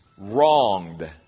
wronged